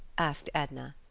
asked edna.